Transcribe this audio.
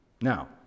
Now